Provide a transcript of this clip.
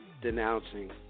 Denouncing